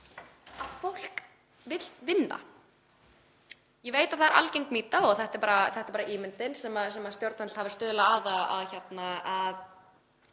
að fólk vilji vinna. Ég veit að það er algeng mýta, og það er bara ímyndin sem stjórnvöld hafa stuðlað að að